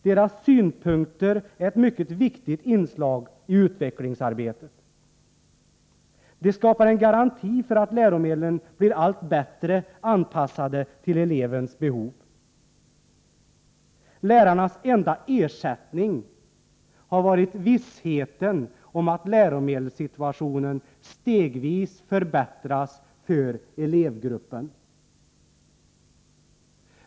Deras synpunkter är ett mycket viktigt inslag i utvecklingsarbetet. De skapar en garanti för att läromedlen blir allt bättre anpassade till elevens behov. Lärarnas enda ersättning har varit vissheten om att läromedelssituationen stegvis förbättras för elevgruppen.